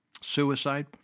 suicide